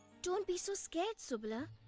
don't be so scared, subala.